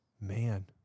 man